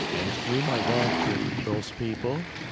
and through my work with those people,